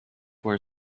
were